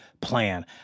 plan